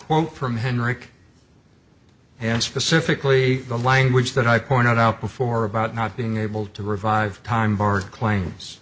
won't from henrich and specifically the language that i pointed out before about not being able to revive time board claims